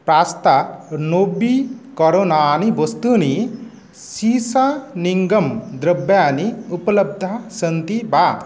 pasta नवीकरणानिवस्तूनि seasoning द्रव्याणि उपलब्धाः सन्ति वा